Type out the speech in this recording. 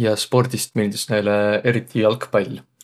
Ja spordist miildüs näile eriti jalgpall.